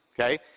okay